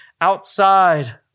outside